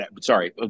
sorry